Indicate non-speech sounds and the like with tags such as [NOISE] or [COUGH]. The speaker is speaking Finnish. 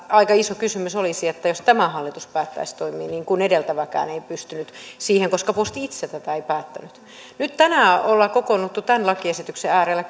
aika iso kysymys olisi jos tämä hallitus päättäisi toimia niin kun edeltäväkään ei pystynyt siihen koska posti itse tätä ei päättänyt nyt tänään ollaan kokoonnuttu tämän lakiesityksen äärelle [UNINTELLIGIBLE]